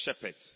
shepherds